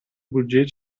بودجهای